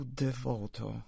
devoto